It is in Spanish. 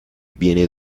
viene